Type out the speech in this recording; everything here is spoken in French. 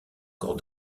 corps